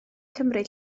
cymryd